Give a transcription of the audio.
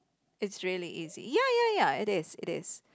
it's really easy ya ya ya it is it is